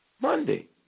Monday